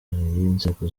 inzego